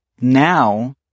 Now